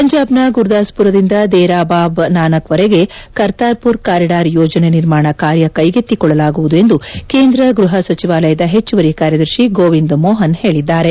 ಪಂಜಾಬ್ನ ಗುರುದಾಸ್ಪುರದಿಂದ ದೇರಾ ಬಾಬಾ ನಾನಕ್ವರೆಗೆ ಕರ್ತಾರ್ಪುರ್ ಕಾರಿಡಾರ್ ಯೋಜನೆ ನಿರ್ಮಾಣ ಕಾರ್ಯ ಕೈಗೆತ್ತಿಕೊಳ್ಳಲಾಗುವುದು ಎಂದು ಕೇಂದ್ರ ಗೃಹ ಸಚಿವಾಲಯದ ಹೆಚ್ಚುವರಿ ಕಾರ್ಯದರ್ಶಿ ಗೋವಿಂದ್ ಮೋಹನ್ ಹೇಳಿದ್ದಾರೆ